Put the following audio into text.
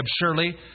surely